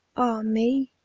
ah me!